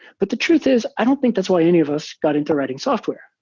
but the truth is i don't think that's why any of us got into writing software.